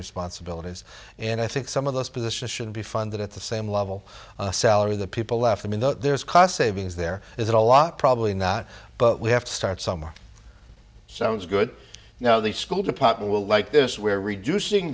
responsibilities and i think some of those positions should be funded at the same level salary the people left i mean there's cost savings there is a lot probably not but we have to start somewhere sounds good now the school department will like this where reducing